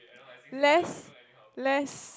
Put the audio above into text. less less